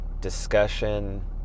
discussion